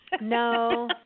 No